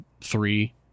three